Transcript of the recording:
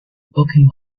booking